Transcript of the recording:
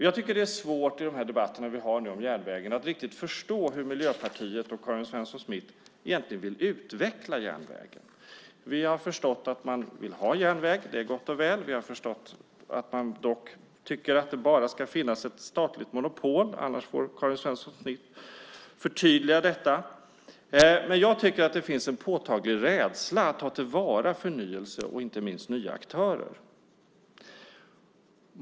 Jag tycker att det i de debatter som vi nu har om järnvägen är svårt att riktigt förstå hur Miljöpartiet och Karin Svensson Smith egentligen vill utveckla järnvägen. Vi har förstått att man vill ha en järnväg. Det är gott och väl. Vi har förstått att man dock tycker att det bara ska finnas ett statligt monopol, annars får Karin Svensson Smith förtydliga detta. Men jag tycker att det finns en påtaglig rädsla att ta till vara förnyelse och inte minst nya aktörer.